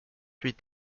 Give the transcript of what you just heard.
huit